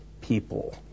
people